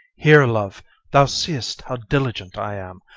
here, love thou seest how diligent i am,